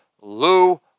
Lou